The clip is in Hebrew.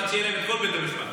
עד שיהיה להם כל בית המשפט.